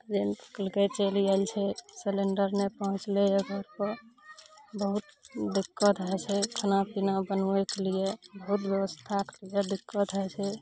agent कहलकय चलि आयल छै सिलिंडर नहि पहुँचलइए घरपर बहुत दिक्कत होइ छै खाना पीना बनबयके लिये बहुत व्यवस्थाके लिये दिक्कत होइ छै